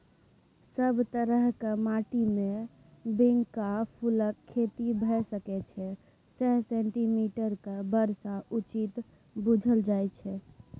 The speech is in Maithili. सब तरहक माटिमे बिंका फुलक खेती भए सकै छै सय सेंटीमीटरक बर्षा उचित बुझल जाइ छै